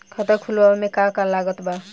खाता खुलावे मे का का लागत बा?